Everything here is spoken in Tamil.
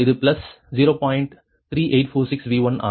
3846 V1 ஆகும்